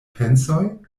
pensoj